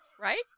Right